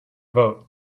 vote